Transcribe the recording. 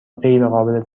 غیرقابل